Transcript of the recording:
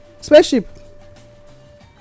spaceship